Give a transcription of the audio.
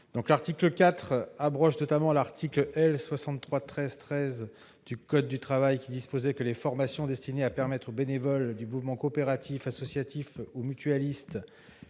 L'article 4 abroge notamment l'article L. 6313-13 du code du travail qui dispose que les formations destinées à permettre aux bénévoles du mouvement coopératif, associatif, ou mutualiste